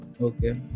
okay